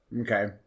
Okay